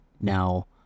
now